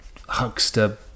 Huckster